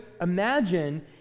imagine